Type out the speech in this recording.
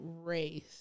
race